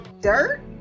dirt